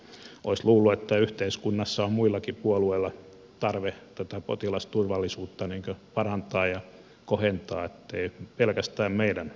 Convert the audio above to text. olisi luullut että yhteiskunnassa on muillakin puolueilla tarve potilasturvallisuutta parantaa ja kohentaa ettei pelkästään meidän murheemme olisi